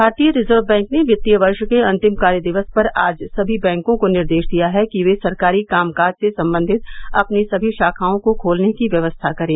भारतीय reserve bank ने वित्तीय वर्ष के अंतिम कार्य दिवस पर आज सभी बैंको को निर्देश दिया है कि वे सरकारी काम काज से संबंधित अपनी सभी शाखाओं को खोलने की व्यवस्था करें